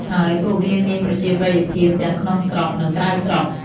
ហើយពួកវាមានប្រជាប្រិយភាពទាំងក្នុងស្រុក និងក្រៅស្រុក។